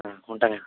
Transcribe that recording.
ఉంటానండి